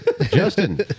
Justin